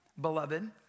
beloved